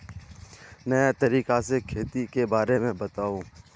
नया तरीका से खेती के बारे में बताऊं?